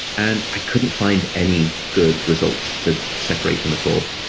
and i couldn't find any good results to separate them at all